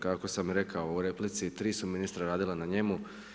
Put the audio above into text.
Kako sam rekao u replici, 3 su ministra radila na njemu.